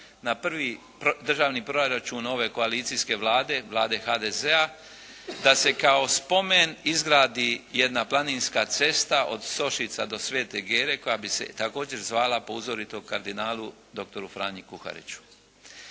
na prvi državni proračun ove koalicijske Vlade, Vlade HDZ-a da se kao spomen izradi jedna planinska cesta od Sošica do Svete Gere koja bi se također zvala po uzoritom kardinalu doktoru Franji Kuhariću.